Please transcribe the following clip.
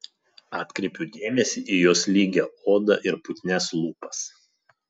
atkreipiu dėmesį į jos lygią odą ir putnias lūpas